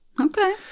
Okay